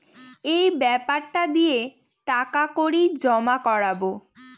এই বেপারটা দিয়ে টাকা কড়ি জমা করাবো